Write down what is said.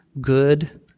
good